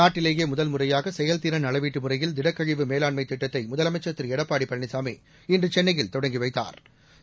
நாட்டிலேயே முதல் முறையாக செயல்திறள் அளவீட்டு முறையில் திடக்கழிவு மேணாண்மை திட்டத்தை முதலனமச்சர் திரு எடப்பாடி பழனிசாமி இன்று சென்னையில் தொடங்கி வைத்தாா்